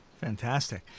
Fantastic